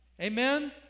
amen